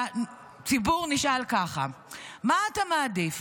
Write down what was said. הציבור נשאל ככה: מה אתה מעדיף,